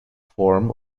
form